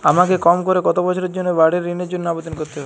আমাকে কম করে কতো বছরের জন্য বাড়ীর ঋণের জন্য আবেদন করতে হবে?